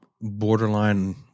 borderline